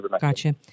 Gotcha